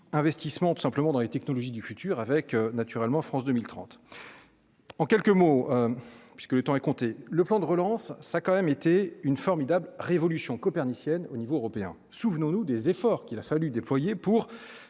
investissement tout simplement dans les technologies du futur, avec naturellement, France 2030 en quelques mots, parce que le temps est compté, le plan de relance ça quand même été une formidable révolution copernicienne au niveau européen, souvenons-nous des efforts qu'il a fallu déployer pour